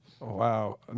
wow